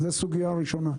זאת סוגיה ראשונה.